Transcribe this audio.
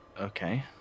Okay